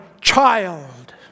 child